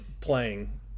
playing